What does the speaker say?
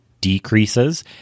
decreases